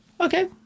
Okay